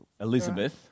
Elizabeth